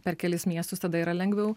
per kelis miestus tada yra lengviau